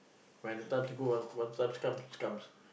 when the times to go ah once times come it comes